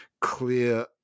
clear